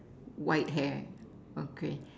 white hair okay